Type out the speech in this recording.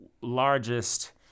largest